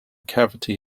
cavity